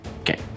Okay